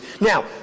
now